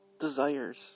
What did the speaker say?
desires